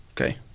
Okay